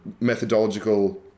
methodological